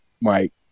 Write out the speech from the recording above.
Mike